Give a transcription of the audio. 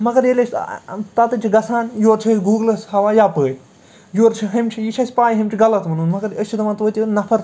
مگر ییٚلہِ أسۍ تَتتھ چھِ گژھان یوٚت چھِ گوٗگٕلَس ہاوان یَپٲرۍ یوٚرٕ چھِ ۂمۍ چھِ یہِ چھِ آَسہِ پٕے ۂمۍ چھِ غلط وُنمُت مگر أسۍ چھِ دَپان تۄتہِ نفر